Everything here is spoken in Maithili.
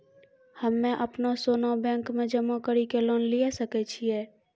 हम्मय अपनो सोना बैंक मे जमा कड़ी के लोन लिये सकय छियै?